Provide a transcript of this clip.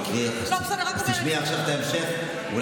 תשמעי עכשיו את ההמשך.